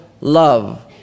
love